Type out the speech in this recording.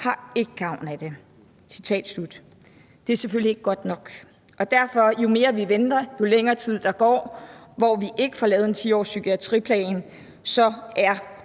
personale.« Det er selvfølgelig ikke godt nok, og derfor: Jo mere vi venter, og jo længere tid der går, hvor vi ikke får lavet en 10-årspsykiatriplan, jo mere